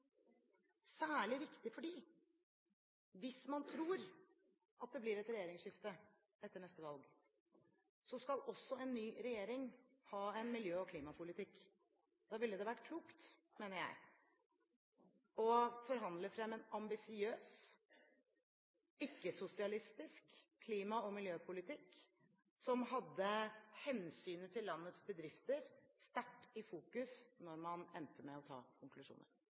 Særlig viktig fordi: Hvis man tror at det blir et regjeringsskifte etter neste valg, så skal også en ny regjering ha en miljø- og klimapolitikk. Da ville det være klokt – mener jeg – å forhandle frem en ambisiøs, ikke-sosialistisk klima- og miljøpolitikk som hadde hensynet til landets bedrifter sterkt i fokus når man endte med å ta konklusjoner.